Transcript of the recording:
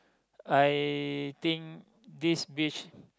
I think this beach